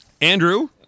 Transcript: Andrew